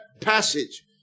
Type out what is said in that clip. passage